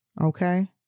okay